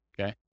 okay